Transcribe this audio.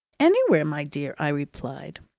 anywhere, my dear, i replied.